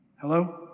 Hello